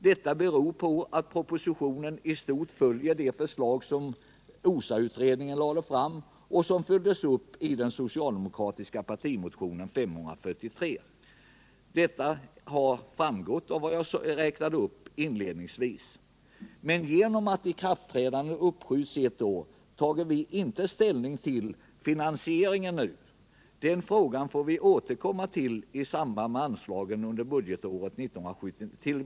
Detta beror på att propositionen i stort följer de förslag som organisationskommittén för skyddat arbete lade fram och som har följts upp i den socialdemokratiska partimotionen 543. Detta torde ha framgått av vad jag inledningsvis framhöll. Men genom att ikraftträdandet uppskjuts ett år tar vi inte nu ställning till finansieringen. Den frågan får vi återkomma till i samband med anslagen för budgetåret 1979/80.